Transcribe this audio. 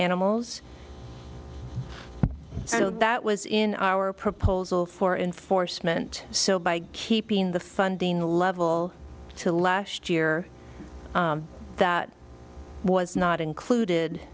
animals so that was in our proposal for enforcement so by keeping the funding level to last year that was not included